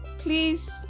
Please